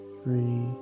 Three